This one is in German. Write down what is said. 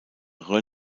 rhône